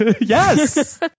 Yes